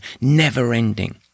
never-ending